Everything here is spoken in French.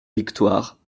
victoire